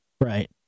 Right